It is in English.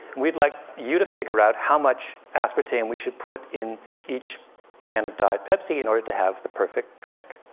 we'd like you to figure out how much aspartame we should put in each can of diet pepsi in order to have the perfect drink.